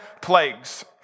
plagues